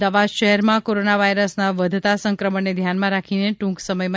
Ahmedabad corona કોરોના વાયરસના વધતા સંક્રમણને ધ્યાનમાં રાખીને ટૂંક સમયમાં